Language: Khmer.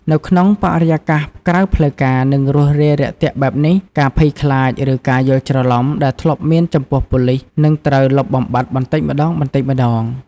នៅក្នុងបរិយាកាសក្រៅផ្លូវការ និងរួសរាយរាក់ទាក់បែបនេះ ការភ័យខ្លាច ឬការយល់ច្រឡំដែលធ្លាប់មានចំពោះប៉ូលីសនឹងត្រូវលុបបំបាត់បន្តិចម្តងៗ។